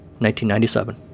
1997